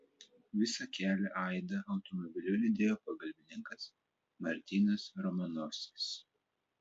visą kelią aidą automobiliu lydėjo pagalbininkas martinas romanovskis